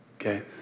Okay